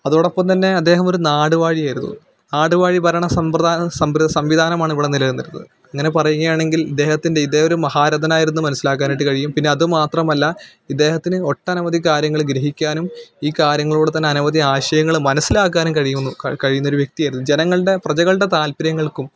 അതോടൊപ്പം തന്നെ അദ്ദേഹമൊരു നാടുവാഴിയായിരുന്നു നാടുവാഴി ഭരണ സമ്പ്രദാ സംബ്ര് സംവിധാനമാണ് ഇവിടെ നില നിന്നിരുന്നത് അങ്ങനെ പറയുകയാണെങ്കില് ഇദ്ദേഹത്തിന്റെ ഇദ്ദേഹം ഒരു മഹാരഥനായിരുന്നു മനസ്സിലാക്കാനായിട്ട് കഴിയും പിന്നെ അത് മാത്രമല്ല ഇദ്ദേഹത്തിന് ഒട്ടനവധി കാര്യങ്ങൾ ഗ്രഹിക്കാനും ഈ കാര്യങ്ങളോടെ തന്നെ അനവധി ആശയങ്ങൾ മനസ്സിലാക്കാനും കഴിയുന്നു കഴിയുന്നൊരു വ്യക്തിയായിരുന്നു ജനങ്ങളുടെ പ്രജകളുടെ താല്പര്യങ്ങള്ക്കും